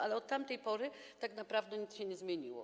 Ale od tamtej pory tak naprawdę nic się nie zmieniło.